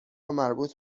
مربوط